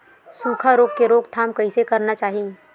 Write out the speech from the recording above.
सुखा रोग के रोकथाम कइसे करना चाही?